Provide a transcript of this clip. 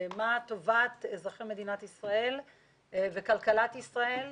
מה טובת אזרחי מדינת ישראל וכלכלת ישראל.